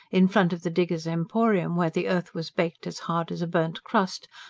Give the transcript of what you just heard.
in front of the diggers' emporium, where the earth was baked as hard as a burnt crust,